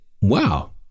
wow